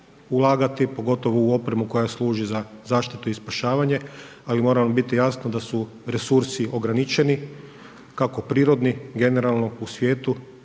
pogotovo u opremu koja službi za zaštitu i spašavanje ali mora vam biti jasno da su resursi ograničeni kako prirodni, generalno u svijetu